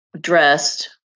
dressed